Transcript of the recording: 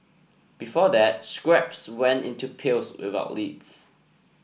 before that scraps went into pails without lids